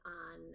on